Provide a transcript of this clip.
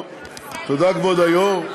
תודה, כבוד היושב-ראש.